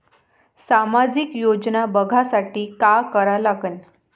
सामाजिक योजना बघासाठी का करा लागन?